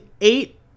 eight